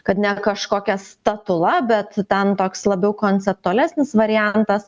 kad ne kažkokia statula bet ten toks labiau konceptualesnis variantas